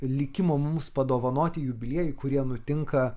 likimo mums padovanoti jubiliejai kurie nutinka